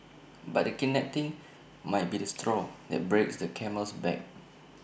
but the kidnapping might be the straw that breaks the camel's back